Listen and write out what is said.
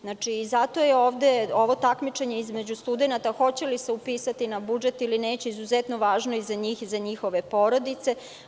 Zato je ovo takmičenje između studenata, hoće li se upisati na budžet ili neće, izuzetno važno, i za njih, i za njihove porodice.